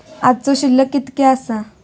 आजचो शिल्लक कीतक्या आसा?